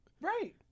Right